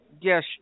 Yes